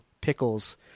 pickles